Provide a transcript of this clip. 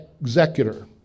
executor